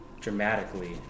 dramatically